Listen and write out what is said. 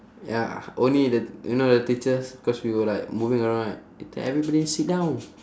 ya only the you know the teachers cause we were like moving around right everybody sit down